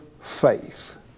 faith